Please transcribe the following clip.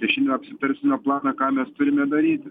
tai šiandien apsitarsime planą ką mes turime daryti